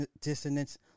dissonance